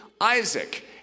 Isaac